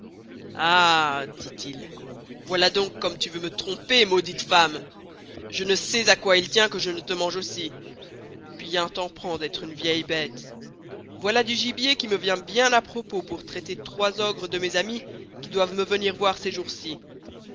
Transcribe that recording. il voilà donc comme tu veux me tromper maudite femme je ne sçais à quoy il tient que je ne te mange aussi bien t'en prend d'estre une vieille beste voila du gibier qui me vient bien à propos pour traiter trois ogres de mes amis qui doivent me venir voir ces jours